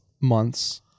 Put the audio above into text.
months